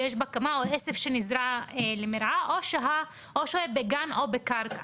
שיש בה עשב שנזרע למרעה או שוהה בגן או בקרקע.